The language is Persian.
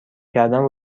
کردن